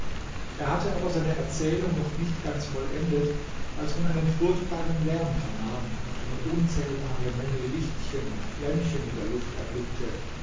er hatte aber seine erzählung noch nicht ganz vollendet als man einen furchtbaren lärm vernahm und eine unzählbare menge lichtchen und flämmchen in der luft erblickte